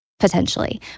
Potentially